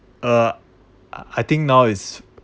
uh I think now is